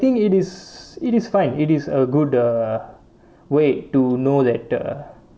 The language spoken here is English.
I think it is it is fine it is a good uh way to know that uh